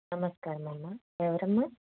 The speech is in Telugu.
నమస్కారం అమ్మ ఎవరమ్మా